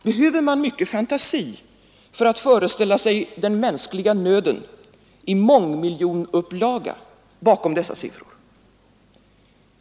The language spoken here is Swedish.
Behöver man mycket fantasi för att föreställa sig den mänskliga nöden, i mångmiljonupplaga, bakom dessa siffror?